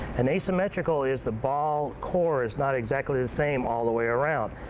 an asymmetrical is the ball core is not exactly the same all the way around.